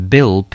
Bill